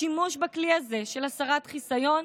השימוש בכלי הזה של הסרת חיסיון,